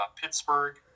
Pittsburgh